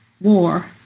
war